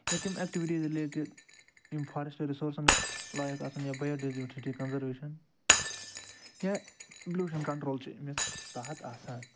یا تِم activities related یِم فارسٹہٕ رِسورٕسن لایق آسان یا کنزرویٚشن یا پولوٗشن کنٛٹرول چھِ أمس تحت آسان